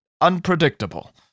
unpredictable